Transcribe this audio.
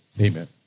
amen